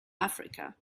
africa